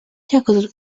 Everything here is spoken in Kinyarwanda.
cyakora